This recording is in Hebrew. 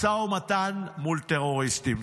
משא ומתן מול טרוריסטים.